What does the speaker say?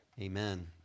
Amen